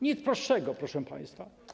Nic prostszego, proszę państwa.